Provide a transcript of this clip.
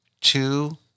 two